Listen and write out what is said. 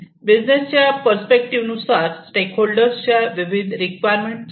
बिझनेसच्या पर्स्पेक्टिव्ह नुसार स्टेक होल्डरच्या विविध रिक्वायरमेंट असतात